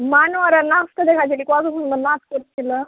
মানোয়ারের নাচটা দেখেছিলি কতো সুন্দর নাচ করছিলো